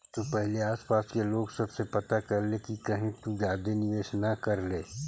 तु पहिले आसपास के लोग सब से पता कर ले कि कहीं तु ज्यादे निवेश न कर ले